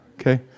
okay